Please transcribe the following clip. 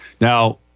Now